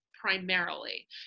primarily